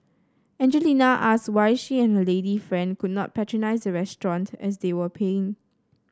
Angelina asked why she and her lady friend could not patronise the restaurant as they were paying